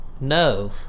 no